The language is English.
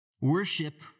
Worship